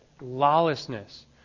lawlessness